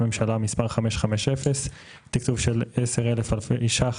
ממשלה מס' 550. תקצוב של 10 אלף אלפי שקלים